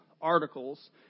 articles